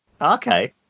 Okay